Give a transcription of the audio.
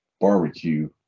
barbecue